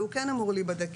והוא כן אמור להיבדק,